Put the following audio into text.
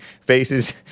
faces